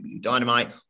Dynamite